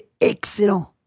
excellent